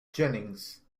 jennings